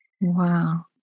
Wow